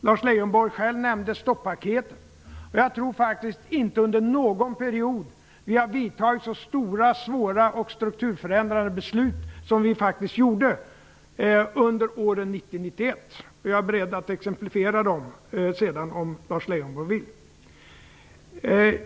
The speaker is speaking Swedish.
Lars Leijonborg nämnde själv stoppaketet. Jag tror faktiskt inte att vi under någon period har vidtagit så stora, svåra och strukturförändrande beslut som vi faktiskt gjorde under åren 1990-1991. Jag är beredd att exemplifiera dem om Lars Leijonborg vill.